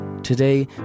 Today